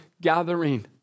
gathering